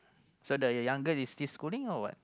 so the youngest is still schooling or what